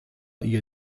ihr